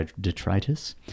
Detritus